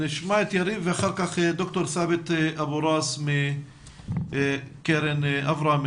נשמע את יריב ואחר כך ד"ר ת'אבת אבו ראס מקרן אברהם,